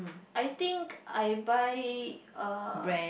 I think I buy uh